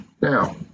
now